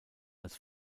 als